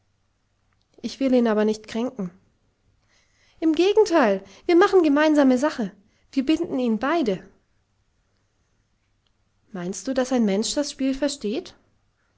ich will ihn aber nicht kränken im gegenteil wir machen gemeinsame sache wir binden ihn beide meinst du daß ein mensch das spiel versteht